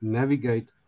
navigate